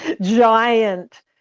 giant